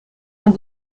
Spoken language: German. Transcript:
man